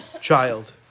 child